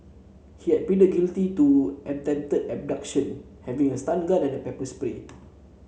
he had pleaded guilty to attempted abduction having a stun gun and a pepper spray